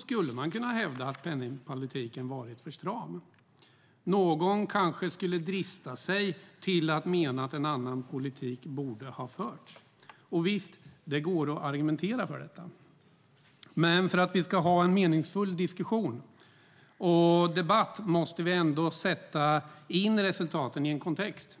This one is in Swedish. skulle man kunna hävda att penningpolitiken varit för stram. Någon kanske skulle drista sig till att mena att en annan politik borde ha förts. Det går visst att argumentera för detta, men för att vi ska ha en meningsfull diskussion och debatt måste vi ändå sätta in resultaten i en kontext.